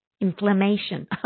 Inflammation